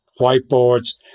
whiteboards